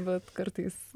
bet kartais